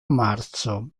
marzo